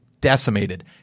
decimated